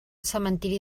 cementiri